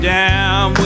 down